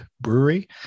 Brewery